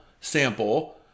sample